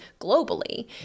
globally